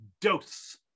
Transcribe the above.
dose